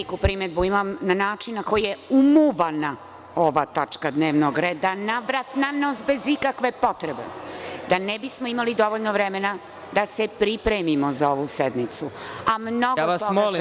Veliku primedbu imam na način na koji je umuvana ova tačka dnevnog reda, navrat-nanos bez ikakve potrebe, a da ne bismo imali dovoljno vremena da se pripremimo za ovu sednicu, a mnogo toga želimo…